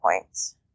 points